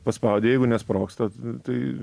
paspaudi jeigu nesprogsta tai